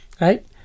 Right